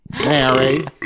Mary